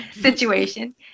situation